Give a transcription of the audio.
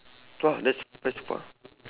!wah! that's that's far